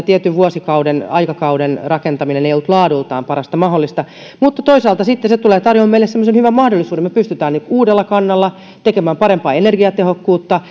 tietyn aikakauden rakentaminen ei ollut laadultaan parasta mahdollista mutta toisaalta se tulee tarjoamaan meille semmoisen hyvän mahdollisuuden me pystymme uudella kannalla tekemään parempaa energiatehokkuutta